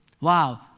Wow